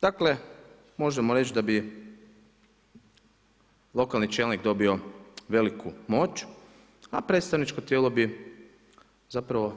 Dakle, možemo reći da bi lokalni čelnik dobio veliku moć, a predstavničko tijelo bi zapravo